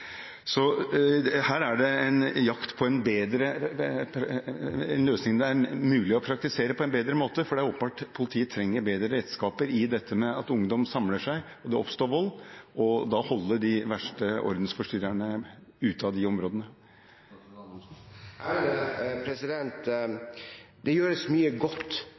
Her er det en jakt på en løsning det er mulig å praktisere på en bedre måte, for det er åpenbart at politiet trenger bedre redskaper for dette at ungdom samler seg og det oppstår vold, og for da å holde de verste ordensforstyrrerne ute av de områdene. Det gjøres mye godt